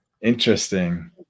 Interesting